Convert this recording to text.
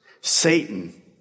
Satan